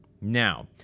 Now